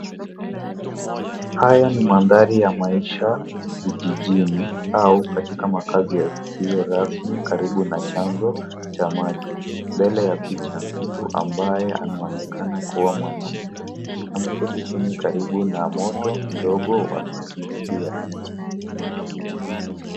Haya ni mandhari ya maisha vijijini au katika makazi yasiyo rasmi karibu na chanzo cha maji. Mbele ya picha mtu ambaye anaonekana kuwa mwanamke ameketi chini karibu na moto mdogo wa kupikia.